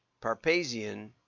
Parpazian